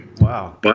Wow